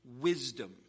wisdom